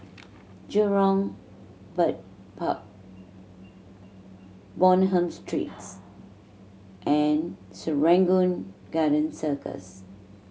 Jurong Bird Park Bonham Street and Serangoon Garden Circus